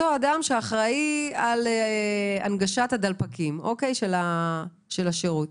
אדם שאחראי על הנגשת הדלפקים של השירות.